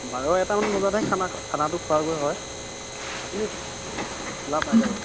বাৰ এটামান বজাতহে খানা খানাটো খোৱাগৈ হয় আপুনি খোলা পাই যাব